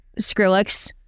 skrillex